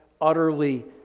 utterly